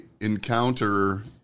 encounter